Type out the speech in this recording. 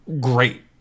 great